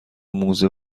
موزه